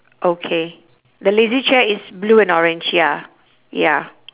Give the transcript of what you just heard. okay the lazy chair is blue and orange ya ya